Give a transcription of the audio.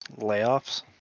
Layoffs